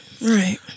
Right